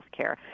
healthcare